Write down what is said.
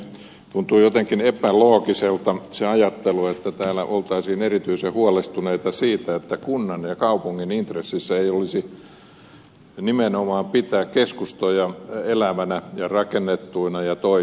tuntuu jotenkin epäloogiselta se ajattelu että täällä oltaisiin erityisen huolestuneita siitä että kunnan ja kaupungin intressissä ei olisi nimenomaan pitää keskustoja elävinä ja rakennettuina ja toimivina